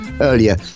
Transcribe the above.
earlier